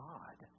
God